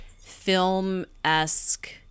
film-esque